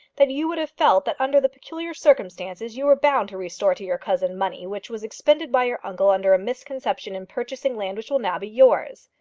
that you would have felt that under the peculiar circumstances you were bound to restore to your cousin money which was expended by your uncle under a misconception in purchasing land which will now be yours.